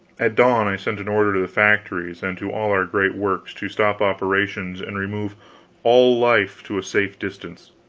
at dawn i sent an order to the factories and to all our great works to stop operations and remove all life to a safe distance,